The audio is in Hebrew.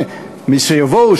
כשיבואו,